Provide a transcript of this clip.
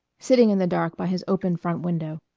sitting in the dark by his open front window.